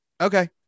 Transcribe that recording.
okay